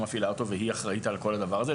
מפעילה אותו והיא אחראית על כל הדבר הזה,